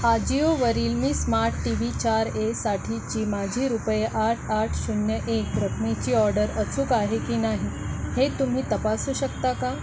आजिओवरील मी smart T V चार A साठीची माझी रुपये आठ आठ शून्य एक रकमेची ऑर्डर अचूक आहे की नाही हे तुम्ही तपासू शकता का